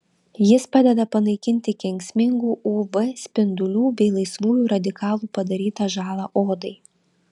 jis padeda panaikinti kenksmingų uv spindulių bei laisvųjų radikalų padarytą žalą odai